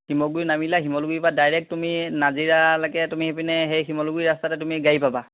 শিমলুগুৰিত নামিলা শিমলুগুৰিৰ পৰা ডাইৰেক্ট তুমি নাজিৰালৈকে তুমি সেইপিনে সেই শিমলুগুৰি ৰাস্তাতে তুমি গাড়ী পাবা